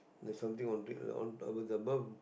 there's something on top it on above the berth